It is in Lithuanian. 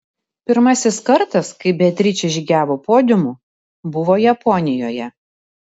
pirmasis kartas kai beatričė žygiavo podiumu buvo japonijoje